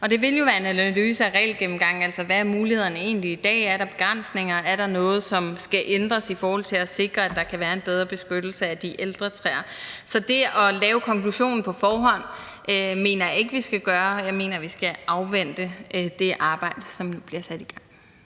det vil jo være en analyse og gennemgang af reglerne, med hensyn til hvad mulighederne egentlig er i dag: Er der begrænsninger? Er der noget, som skal ændres i forhold til at sikre, at der kan være en bedre beskyttelse af de ældre træer? Så det at lave konklusionen på forhånd mener jeg ikke vi skal gøre. Jeg mener, at vi skal afvente det arbejde, som bliver sat i gang.